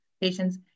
patients